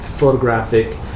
photographic